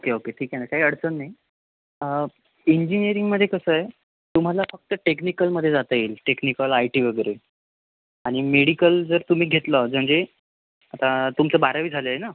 okay okay ठीक आहे ना काही अडचण नाही इंजिनीयरिंगमध्ये कसं आहे तुम्हाला फक्त टेक्निकलमध्ये जाता येईल टेक्निकल आय टी वगैरे आणि मेडिकल जर तुम्ही घेतलं जर म्हणजे आता तुमचं बारावी झालं आहे ना